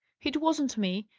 it wasn't me!